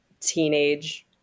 teenage